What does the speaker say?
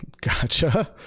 Gotcha